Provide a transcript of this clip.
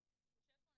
איך את יכולה?